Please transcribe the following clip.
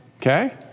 okay